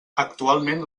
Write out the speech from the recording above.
actualment